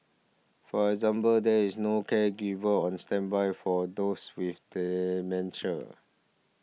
for example there is no caregiver on standby for those with dementia